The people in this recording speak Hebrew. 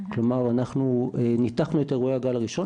אנחנו ניתחנו את אירועי הגל הראשון.